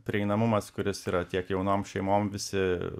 prieinamumas kuris yra tiek jaunom šeimom visi